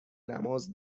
نماز